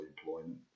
employment